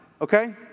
okay